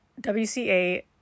wca